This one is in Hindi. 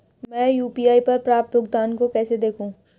मैं यू.पी.आई पर प्राप्त भुगतान को कैसे देखूं?